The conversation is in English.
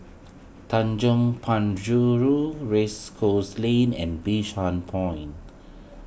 Tanjong Penjuru Race Course Lane and Bishan Point